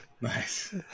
Nice